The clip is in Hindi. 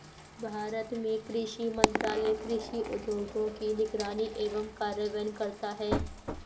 भारत में कृषि मंत्रालय कृषि उद्योगों की निगरानी एवं कार्यान्वयन करता है